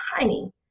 tiny